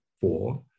four